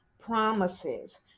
promises